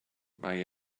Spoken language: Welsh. mae